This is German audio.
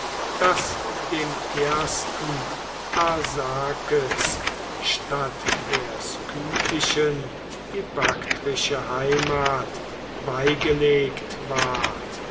daß dem ersten arsakes statt der skythischen die baktrische heimat beigelegt ward